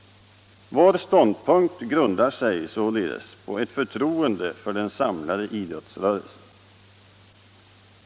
Vår ståndpunkt grundar sig således på ett förtroende för den samlade idrottsrörelsen.